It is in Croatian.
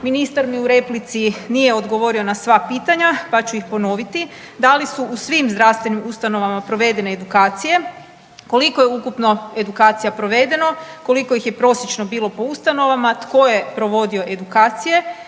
ministar mi u replici nije odgovorio na sva pitanja, pa ću ih ponoviti. Da li su u svim zdravstvenim ustanovama provedene edukacije, koliko je ukupno edukacija provedeno, koliko ih je prosječno bilo po ustanovama, tko je provodio edukacije,